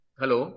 Hello